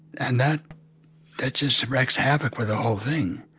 and that that just wrecks havoc with the whole thing.